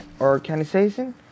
organization